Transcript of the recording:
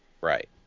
Right